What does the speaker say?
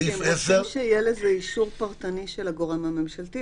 סעיף (10) --- כי רוצים שיהיה לזה אישור פרטני של הגורם הממשלתי,